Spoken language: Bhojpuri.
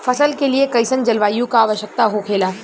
फसल के लिए कईसन जलवायु का आवश्यकता हो खेला?